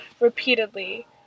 repeatedly